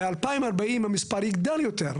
ב-2040 המספר יגדל יותר,